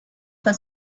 for